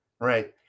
Right